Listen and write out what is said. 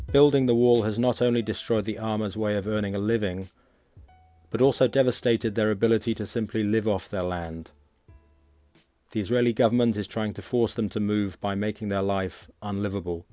building the wall has not only destroyed the army's way of earning a living but also devastated their ability to simply live off their land the israeli government is trying to force them to move by making their life unlivable